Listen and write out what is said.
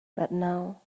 now